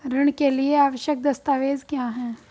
ऋण के लिए आवश्यक दस्तावेज क्या हैं?